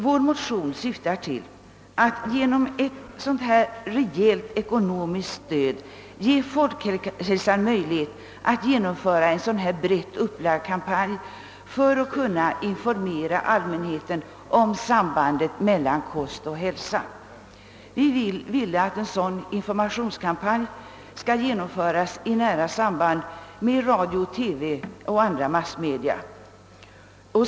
Vår motion syftar till att genom ett rejält ekonomiskt stöd ge folkhälsoinstitutet möjlighet att genomföra en brett upplagd kampanj för att informera allmänheten om sambandet mellan kost och hälsa. Vi vill att en sådan informationskampanj skall genomföras i nära samarbete med radio, TV och andra massmedia.